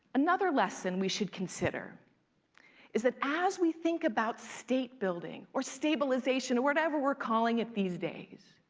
another lesson we should consider is that as we think about state building or stabilization or whatever we're calling it these days,